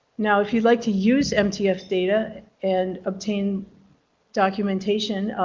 now if you'd like to use mtf data and obtain documentation,